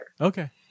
Okay